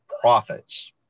profits